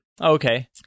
okay